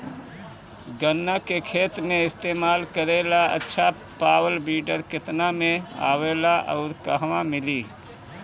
गन्ना के खेत में इस्तेमाल करेला अच्छा पावल वीडर केतना में आवेला अउर कहवा मिली?